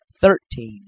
Thirteen